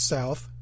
South